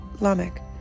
Lamech